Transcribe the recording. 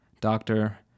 doctor